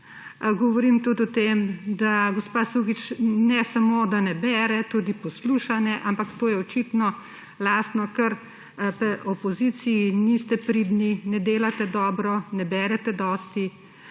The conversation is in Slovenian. Govorim tudi o tem, da gospa Sukič ne samo, da ne bere, tudi posluša ne. Ampak to je očitno lastno kar opoziciji: niste pridni, ne delate dobro, ne berete dosti.